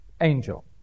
angel